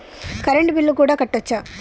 Current bill కూడా కట్టొచ్చా?